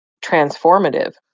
transformative